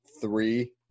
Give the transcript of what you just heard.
three